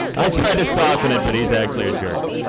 i try to soften it but he's actually a jerk.